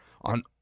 on